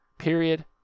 Period